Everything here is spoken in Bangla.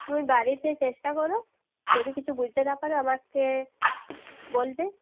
তুমি বাড়িতে চেষ্টা করো যদি কিছু বুঝতে না পারো আমাকে বলবে